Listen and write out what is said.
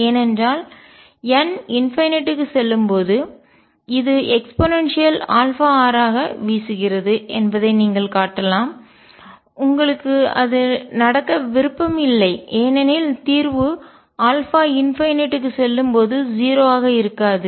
ஏனென்றால் n →∞ க்கு செல்லும்போது இது eαr ஆக வீசுகிறது என்பதை நீங்கள் காட்டலாம் உங்களுக்கு அது நடக்க விரும்பம் இல்லை ஏனெனில் தீர்வு r→∞க்கு முடிவிலி செல்லும்போது 0 ஆக இருக்காது